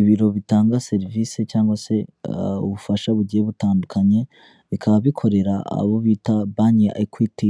Ibiro bitanga serivisi cyangwa se ubufasha bugiye butandukanye, bikaba bikorera abo bita banki ya Equit